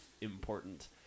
important